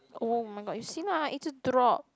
oh-my-god you see lah it just drop